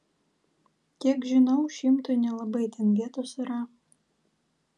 kiek žinau šimtui nelabai ten vietos yra